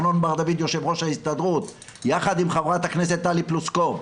ארנון בר דוד יו"ר ההסתדרות יחד עם ח"כ טלי פלוסקוב,